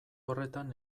horretan